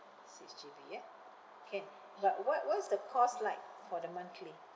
six G_B ah can but what what's the cost like for the monthly